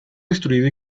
destruido